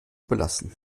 belassen